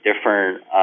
different